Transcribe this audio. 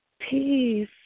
Peace